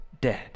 dead